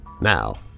Now